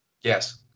Yes